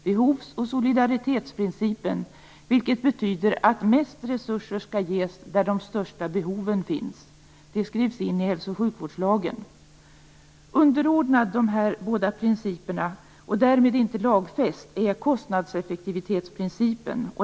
Behovs och solidaritetsprincipen säger att mest resurser skall ges där de största behoven finns. Det skrivs in i hälso och sjukvårdslagen. Underordnad dessa båda principer och därmed inte lagfäst är kostnadseffektivitetsprincipen.